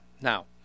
Now